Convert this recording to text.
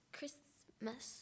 Christmas